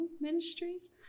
Ministries